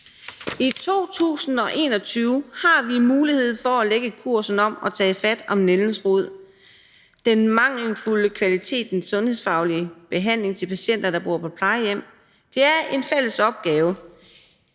I 2021 har vi mulighed for at lægge kursen om og tage fat om nældens rod. Den mangelfulde kvalitet i den sundhedsfaglige behandling til patienter, der bor på plejehjem, er en fælles opgave.